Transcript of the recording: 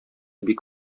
бик